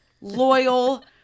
loyal